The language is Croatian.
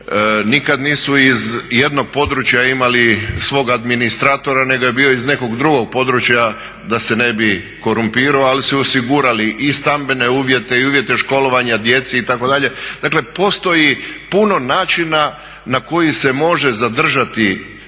nikad nisu iz jednog područja imali svog administratora nego je bio iz nekog drugog područja da se ne bi korumpirao ali su osigurali i stambene uvjete i uvjete školovanja djece itd. dakle postoji puno načina na koji se može zadržati